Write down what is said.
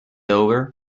over